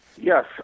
Yes